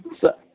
sir